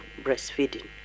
breastfeeding